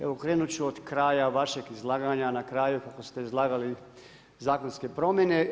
Evo krenut ću od kraja vašeg izlaganja, na kraju ste izlagali zakonske promjene.